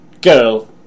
girl